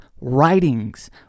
writings